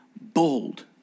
Bold